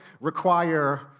require